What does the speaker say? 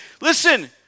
listen